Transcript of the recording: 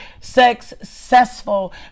successful